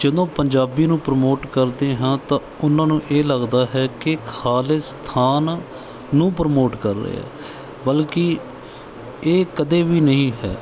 ਜਦੋਂ ਪੰਜਾਬੀ ਨੂੰ ਪ੍ਰਮੋਟ ਕਰਦੇ ਹਾਂ ਤਾਂ ਉਹਨਾਂ ਨੂੰ ਇਹ ਲੱਗਦਾ ਹੈ ਕਿ ਖਾਲਿਸਤਾਨ ਨੂੰ ਪ੍ਰਮੋਟ ਕਰ ਰਿਹਾ ਬਲਕਿ ਇਹ ਕਦੇ ਵੀ ਨਹੀਂ ਹੈ